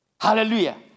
Hallelujah